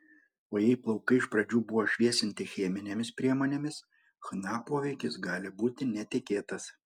o jei plaukai iš pradžių buvo šviesinti cheminėmis priemonėmis chna poveikis gali būti netikėtas